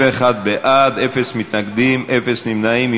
71 בעד, אין מתנגדים, אין נמנעים.